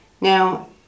Now